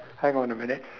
hang on a minute